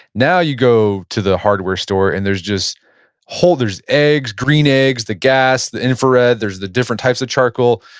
now you go to the hardware store and there's just hold there's eggs, green eggs, the gas, the infrared, there's the different types of charcoal.